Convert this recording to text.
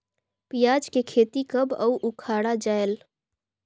पियाज के खेती कब अउ उखाड़ा जायेल?